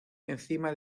encima